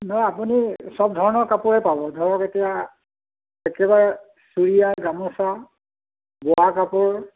নহয় আপুনি চব ধৰণৰ কাপোৰে পাব ধৰক এতিয়া একেবাৰে চুৰীয়া গামোচা বোৱা কাপোৰ